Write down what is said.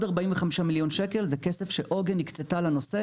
45 מיליון שקל זה כסף שעוגן הקצתה לנושא